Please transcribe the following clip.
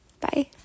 Bye